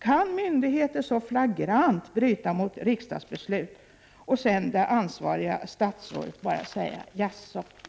Kan myndigheter så flagrant bryta mot riksdagsbeslut utan att det ansvariga statsrådet säger någonting annat än jaså?